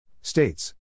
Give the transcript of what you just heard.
States